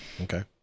okay